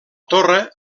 torre